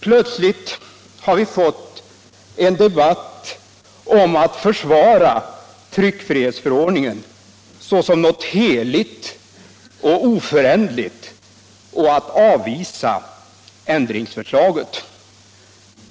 Plötsligt har vi fått en debatt som går ut på att försvara tryckfrihetsförordningen såsom någonting heligt och oföränderligt och att avvisa ändringsförslagen.